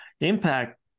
impact